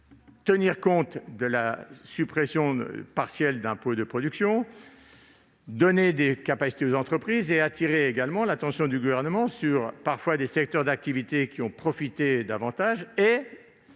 tenir compte de la suppression partielle des impôts de production, donner des capacités aux entreprises, enfin attirer l'attention du Gouvernement sur des secteurs d'activité qui ont davantage